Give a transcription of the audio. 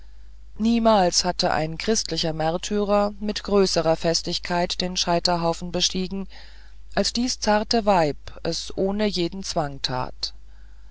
niemals hat ein christlicher märtyrer mit größerer festigkeit den scheiterhaufen bestiegen als dies zarte weib es ohne jeden zwang tat